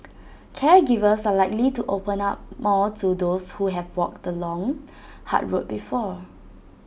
caregivers are likely to open up more to those who have walked the long hard road before